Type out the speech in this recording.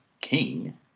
king